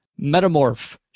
metamorph